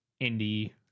indie